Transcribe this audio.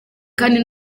kandi